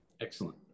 Excellent